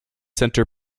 center